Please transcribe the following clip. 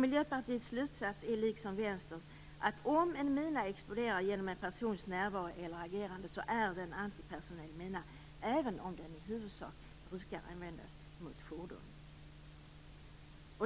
Miljöpartiets slutsats är liksom Vänsterns den att om en mina exploderar genom en persons närvaro eller agerande, är det en antipersonell mina, även om den i huvudsak brukar användas mot fordon.